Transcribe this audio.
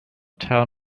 tell